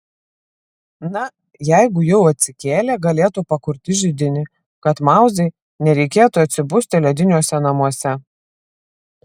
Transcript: na jeigu jau atsikėlė galėtų pakurti židinį kad mauzai nereikėtų atsibusti lediniuose namuose